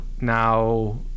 now